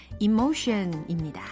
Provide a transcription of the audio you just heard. Emotion입니다